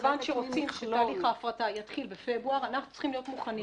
כיוון שרוצים שתהליך ההפרטה יתחיל בפברואר אנחנו צריכים להיות מוכנים.